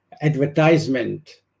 advertisement